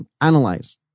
analyze